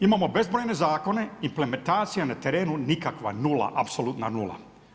Imamo bezbrojne zakone, implementacija na terenu nikakva, nula, apsolutno nula.